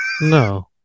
No